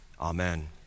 Amen